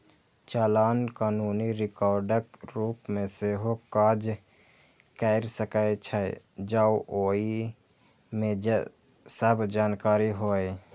चालान कानूनी रिकॉर्डक रूप मे सेहो काज कैर सकै छै, जौं ओइ मे सब जानकारी होय